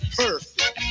perfect